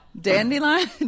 Dandelion